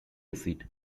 acid